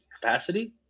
capacity